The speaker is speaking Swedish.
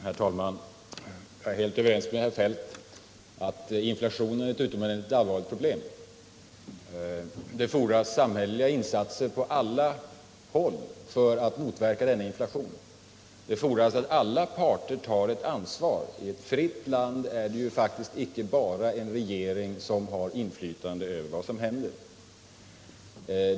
Herr talman! Jag är helt överens med Kjell-Olof Feldt om att inflationen är ett utomordentligt allvarligt problem. Det fordras samhälleliga insatser på alla håll för att motverka denna inflation, och det fordras att alla parter tar ett ansvar. I ett fritt land är det faktiskt icke bara regeringen som har inflytande över vad som händer.